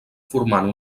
formant